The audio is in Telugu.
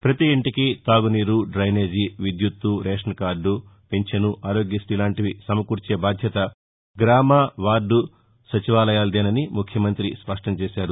ప్రపతి ఇంటికి తాగునీరు డైనేజి విద్యుత్తు రేషన్కార్డు పెన్షన్ ఆరోగ్యశ్రీ లాంటివి సమకూర్చే బాధ్యత గ్రామ వార్డు సచివాలయాలదేనని ముఖ్యమంత్రి స్పష్టం చేశారు